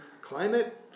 climate